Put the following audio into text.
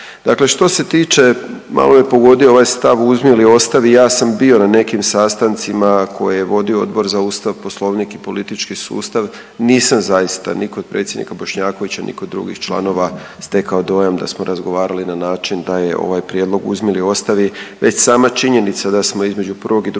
Dakle, što se tiče malo me pogodio ovaj stav uzmi ili ostavi, ja sam bio na nekim sastancima koje je vodio Odbor za Ustav, Poslovnik i politički sustav, nisam zaista ni kod predsjednika Bošnjakovića ni kod drugih članova stekao dojam da smo razgovarali na način da je ovaj prijedlog uzmi ili ostavi. Već sama činjenica da smo između prvog i drugog